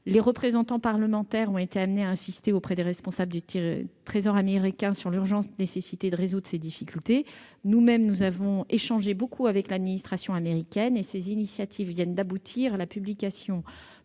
Les représentants parlementaires ont été amenés à insister auprès des responsables du Trésor américain sur l'urgente nécessité de résoudre ces difficultés. Nous avons nous-mêmes beaucoup échangé avec l'administration américaine et ces initiatives viennent d'aboutir à la publication